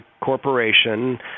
corporation